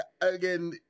again